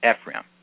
Ephraim